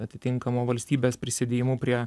atitinkamo valstybės prisidėjimu prie